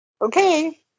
Okay